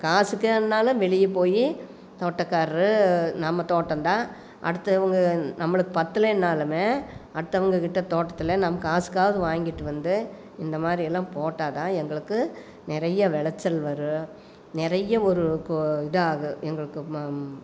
காசுக்கேன்னாலும் வெளியே போய் தோட்டக்காரர் நம்ம தோட்டந்தான் அடுத்தவங்க நம்மளுக்கு பற்றலன்னாலும் அடுத்தவங்க கிட்ட தோட்டத்தில் நம்ம காசுக்காவது வாங்கிட்டு வந்து இந்தமாதிரியெல்லாம் போட்டால் தான் எங்களுக்கு நிறைய விளைச்சல் வரும் நிறைய ஒரு கு இதாகும் எங்களுக்கு